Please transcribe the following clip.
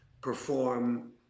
perform